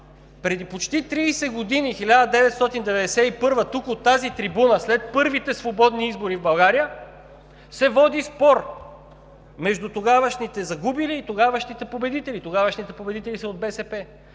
Преди почти 30 години – в 1991 г., тук, от тази трибуна, след първите свободни избори в България, се води спор между тогавашните загубили и тогавашните победители. Тогавашните победители са от БСП.